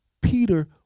Peter